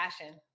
passion